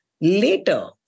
Later